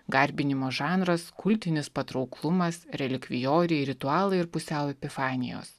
garbinimo žanras kultinis patrauklumas relikvijoriai ritualai ir pusiau epifanijos